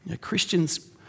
Christians